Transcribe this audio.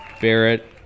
Barrett